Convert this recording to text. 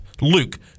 Luke